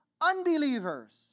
unbelievers